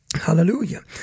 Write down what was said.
Hallelujah